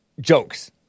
jokes